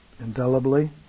indelibly